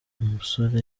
umusore